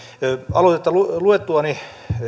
aloitetta luettuani